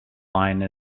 line